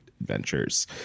adventures